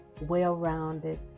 well-rounded